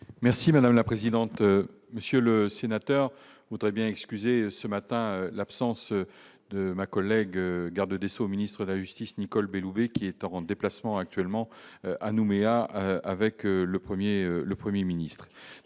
Merci madame la présidente, monsieur le sénateur, voudrait bien excuser ce matin, l'absence de ma collègue Garde des Sceaux ministre de la Justice, Nicole Belloubet, qui est en grande déplacements actuellement à Nouméa avec le 1er le 1er ministre